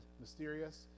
mysterious